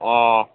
ꯑꯣ